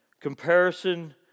comparison